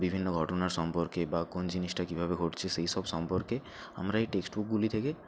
বিভিন্ন ঘটনার সম্পর্কে বা কোন জিনিসটা কীভাবে ঘটছে সেই সব সম্পর্কে আমরা এই টেক্সট বুকগুলি থেকে